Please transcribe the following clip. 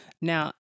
Now